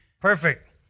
perfect